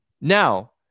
now